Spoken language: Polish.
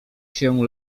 się